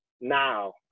now